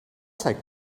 take